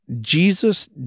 Jesus